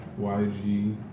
YG